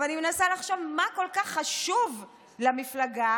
אני מנסה לחשוב למה כל כך חשובה למפלגה